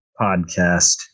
podcast